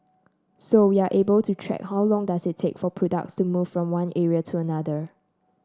so able to track how long does it take for products to move from one area to another